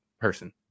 person